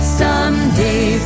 someday